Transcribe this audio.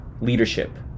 Leadership